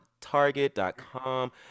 Target.com